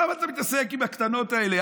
למה אתה מתעסק עם הקטנות האלה?